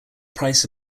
price